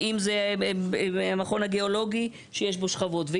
ואם זה המכון הגיאולוגי שיש בו שכבות.